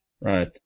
Right